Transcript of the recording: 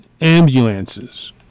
ambulances